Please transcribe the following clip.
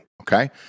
okay